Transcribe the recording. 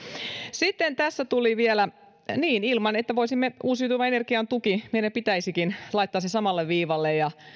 sitten tässä tuli vielä niin eli voisimme uusiutuvan energian tuen laittaa meidän pitäisikin laittaa se samalle viivalle ja